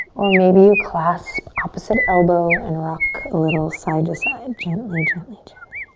or maybe you clasp opposite elbow and rock a little side to side. gently, gently,